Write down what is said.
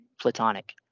platonic